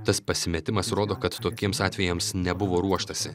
tas pasimetimas rodo kad tokiems atvejams nebuvo ruoštasi